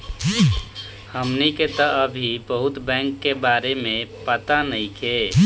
हमनी के तऽ अभी बहुत बैंक के बारे में पाता नइखे